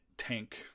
tank